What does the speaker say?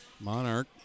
Monarch